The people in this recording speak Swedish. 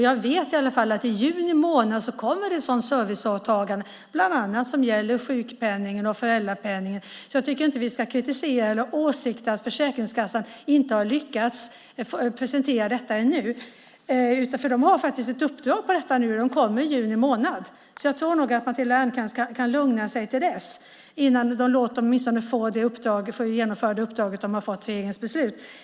Jag vet i alla fall att i juni kommer det ett sådant serviceåtagande som bland annat gäller sjuk och föräldrapenningen. Jag tycker alltså inte att vi ska kritisera eller ha åsikten att Försäkringskassan inte har lyckats presentera något ännu, för de har detta uppdrag nu. I juni månad kommer det, så jag tror nog att Matilda Ernkrans kan lugna sig till dess och låta dem få genomföra det uppdrag de fått via regeringens beslut.